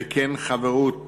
וכן, חברות